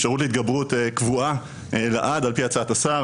אפשרות להתגברות קבועה לעד על פי הצעת השר,